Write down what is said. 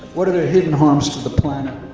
what are their hidden harms to the planet?